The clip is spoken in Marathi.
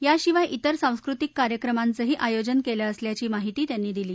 याशिवाय इतर सांस्कृतिक कार्यक्रमांचही आयोजन केलं असल्याची माहिती त्यांनी दिली